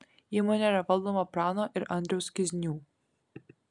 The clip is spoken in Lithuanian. įmonė yra valdoma prano ir andriaus kiznių